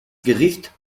gericht